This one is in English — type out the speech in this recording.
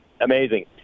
Amazing